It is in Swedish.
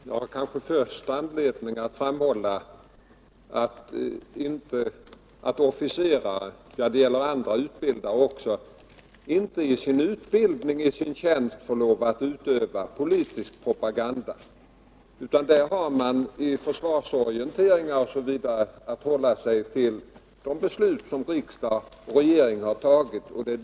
Herr talman! Jag har kanske först anledning att framhålla att officerare —- det gäller också andra utbildare — inte i sin tjänst får lov att utöva politisk propaganda. Man har vid försvarsorienteringar osv. att hålla sig till de beslut som riksdag och regering har tagit.